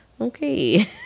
Okay